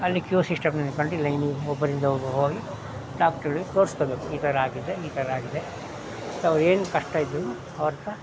ಅಲ್ಲಿ queue system ನಿಂತ್ಕೊಂಡು ಲೈನಿಗೆ ಒಬ್ರ ಹಿಂದೆ ಒಬ್ಬರು ಹೋಗಿ ಡಾಕ್ಟ್ರಿಗೆ ತೋರ್ಸ್ಕೊಳ್ಬೇಕು ಈ ಥರ ಆಗಿದೆ ಈ ಥರ ಆಗಿದೆ ಮತ್ತು ಅವ್ರ ಏನು ಕಷ್ಟ ಇದ್ದರೂನು ಅವ್ರ ಹತ್ತಿರ